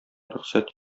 рөхсәт